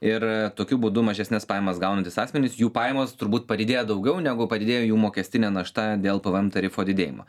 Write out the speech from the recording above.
ir tokiu būdu mažesnes pajamas gaunantys asmenys jų pajamos turbūt padidėja daugiau negu padidėja jų mokestinė našta dėl pvm tarifo didėjimo